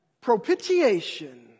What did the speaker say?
propitiation